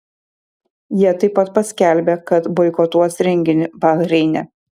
jie taip pat paskelbė kad boikotuos renginį bahreine